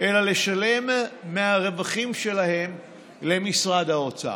אלא לשלם מהרווחים שלהן למשרד האוצר.